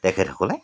তেখেতসকলে